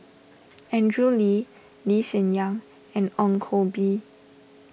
Andrew Lee Lee Hsien Yang and Ong Koh Bee